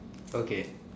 okay